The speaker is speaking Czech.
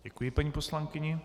Děkuji paní poslankyni.